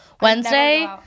Wednesday